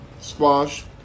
squash